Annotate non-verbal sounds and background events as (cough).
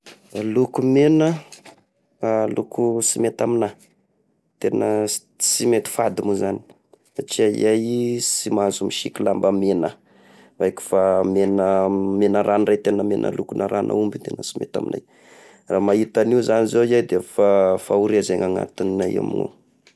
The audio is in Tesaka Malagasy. (noise) Ny loko megna, (noise) (hesitation) loko sy mety amignà, tena sy mety fady moa zany, satria iahy sy mahazo misiky lamba megna, aiko fa megna megna rà ndray tena megna lokona ràn'aomby tegna sy mety amignay, raha mahita an'io zagny zay ah da fa fahoria izay ny agnatinay amignio.